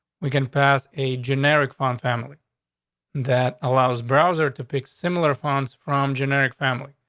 we can pass a generic font family that allows browser to pick similar funds from generic family.